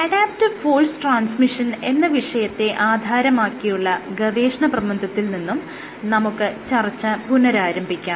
adaptive force transmission എന്ന വിഷയത്തെ ആധാരമാക്കിയുള്ള ഗവേഷണപ്രബന്ധത്തിൽ നിന്നും നമുക്ക് ചർച്ച പുനഃരാരംഭിക്കാം